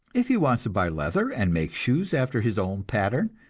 if he wants to buy leather and make shoes after his own pattern,